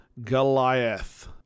Goliath